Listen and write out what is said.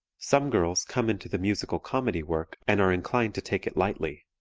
some girls come into the musical comedy work and are inclined to take it lightly.